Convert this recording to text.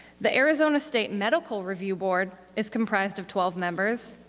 the arizona state medical review board is comprised of twelve members.